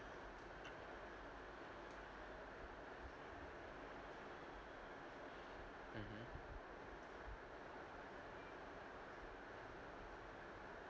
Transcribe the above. mmhmm